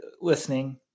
listening